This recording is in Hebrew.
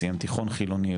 סיים תיכון חילוני,